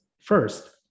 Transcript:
first